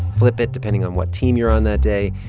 flip it depending on what team you're on that day.